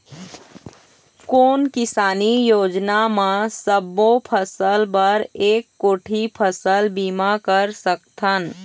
कोन किसानी योजना म सबों फ़सल बर एक कोठी फ़सल बीमा कर सकथन?